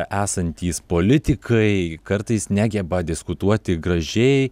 esantys politikai kartais negeba diskutuoti gražiai